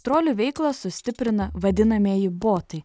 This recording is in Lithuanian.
trolių veiklą sustiprina vadinamieji botai